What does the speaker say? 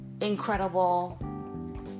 incredible